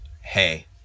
Hey